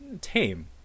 tame